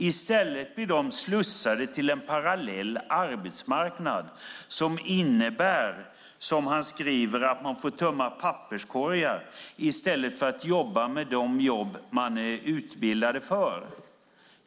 I stället blir de slussade till en parallell arbetsmarknad som innebär, som han skriver, att man får tömma papperskorgar i stället för att jobba med det man är utbildad för.